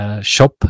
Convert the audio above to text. Shop